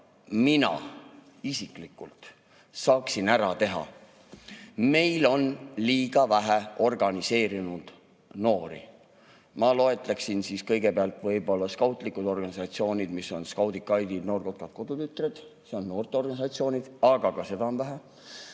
mina isiklikult saaks ära teha?"Meil on liiga vähe organiseerunud noori. Ma loetleksin kõigepealt võib-olla skautlikke organisatsioone: skaudid, gaidid, noorkotkad, kodutütred. Need on noorteorganisatsioonid, aga ka seda on vähe.